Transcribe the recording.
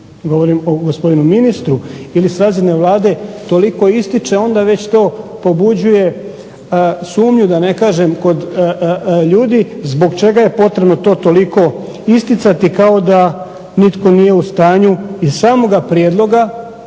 govorim o gospodinu ministru, ili s razine Vlade toliko ističe, onda već to pobuđuje sumnju da ne kažem kod ljudi, zbog čega je potrebno to toliko isticati, kao da nitko nije u stanju iz samoga prijedloga,